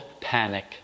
panic